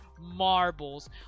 marbles